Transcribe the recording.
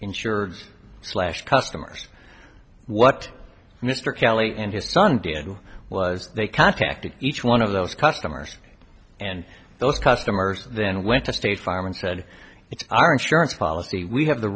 insured slash customers what mr kelley and his son did was they contacted each one of those customers and those customers then went to state farm and said it's our insurance policy we have the